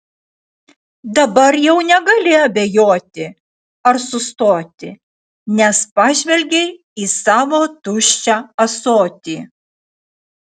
dabar jau negali abejoti ar sustoti nes pažvelgei į savo tuščią ąsotį